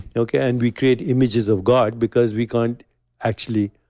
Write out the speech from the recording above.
okay? and we create images of god because we can't actually.